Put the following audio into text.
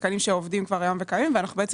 אלה תקנים שעובדים כבר היום וקיימים ואנחנו בעצם